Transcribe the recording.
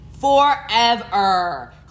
Forever